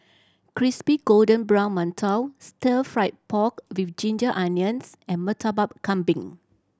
crispy golden brown mantou Stir Fried Pork With Ginger Onions and Murtabak Kambing